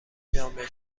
جامعه